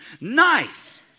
Nice